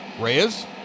Reyes